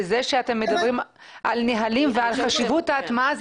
וזה שאתם מדברים על נוהלים ועל חשיבות ההטמעה,